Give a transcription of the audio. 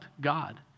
God